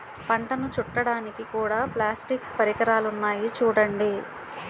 పంటను చుట్టడానికి కూడా ప్లాస్టిక్ పరికరాలున్నాయి చూడండి